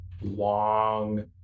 long